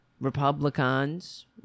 Republicans